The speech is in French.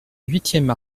huitième